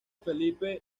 felipe